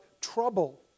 trouble